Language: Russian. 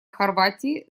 хорватии